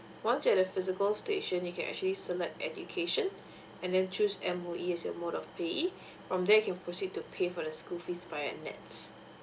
once you at the physical station you can actually select education and then choose M_O_E as a mode of payee from there you can proceed to pay for the school fees via nets